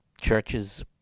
churches